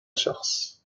شخص